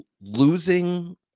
Losing